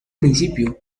principio